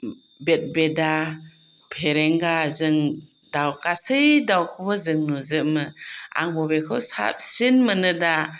बेदबेदा फेरेंगाजों गासै दाउखौबो जों नुजोबो आं बबेखौ साबसिन मोनो दा